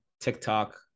TikTok